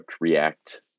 React